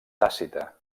tàcita